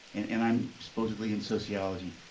and and i'm supposedly in sociology.